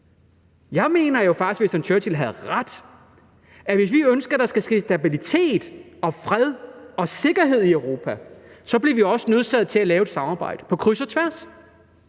Jeg mener jo faktisk, Churchill havde ret: At hvis vi ønsker, der skal være stabilitet og fred og sikkerhed i Europa, så bliver vi også nødt til at lave et samarbejde på kryds og tværs.